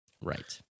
Right